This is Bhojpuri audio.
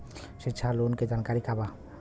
शिक्षा लोन के जानकारी का बा?